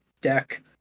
deck